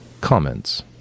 Comments